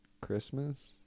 Christmas